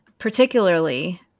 Particularly